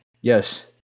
yes